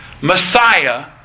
Messiah